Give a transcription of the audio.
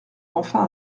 enfin